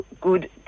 good